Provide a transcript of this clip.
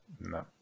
No